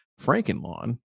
Frankenlawn